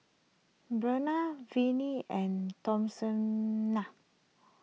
Breana Vinnie and Thomasina